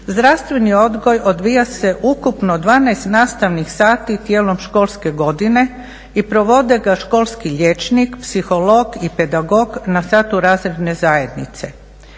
zdravstveni odgoj odvija se ukupno 12 nastavnih sati tijekom školske godine i provode ga školski liječnik, psiholog i pedagog na satu razredne zajednice.